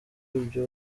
ibyo